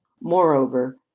moreover